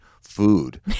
food